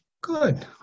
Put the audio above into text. Good